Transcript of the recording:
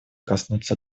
коснуться